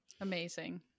Amazing